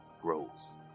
grows